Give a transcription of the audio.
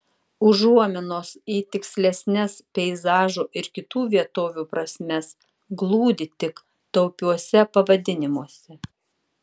užuominos į tikslesnes peizažų ir kitų vietovių prasmes glūdi tik taupiuose pavadinimuose